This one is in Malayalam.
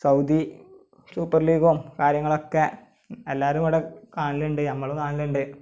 സൗദി സൂപ്പര് ലീഗും കാര്യങ്ങളുമൊക്കെ എല്ലാവരും കൂടെ കാണലുണ്ട് നമ്മളും കാണലുണ്ട്